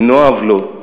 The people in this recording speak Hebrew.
למנוע עוולות,